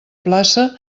plaça